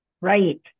Right